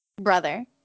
Brother